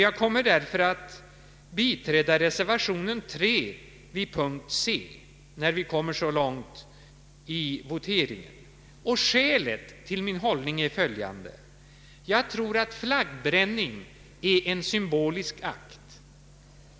Jag kommer därför att biträda reservation 3 vid punkten C, när vi kommer så långt i voteringen. Skälet till min hållning är följande: Jag tror att flaggbränning är en symbolisk akt.